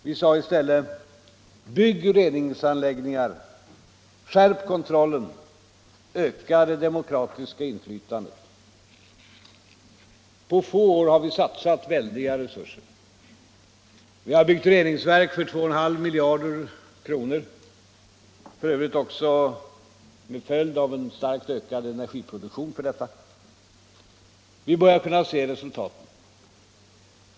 Vi sade i stället "bygg reningsanläggningar, skärp kontrollen, öka det demokratiska inflytandet”. På få år har vi satsat väldiga resurser. Vi har byggt reningsverk för 2,5 miljarder kronor, vilket f. ö. har fått till följd en starkt ökad energiproduktion för dessa. Vi börjar kunna se resultaten.